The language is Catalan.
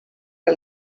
que